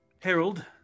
Harold